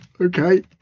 Okay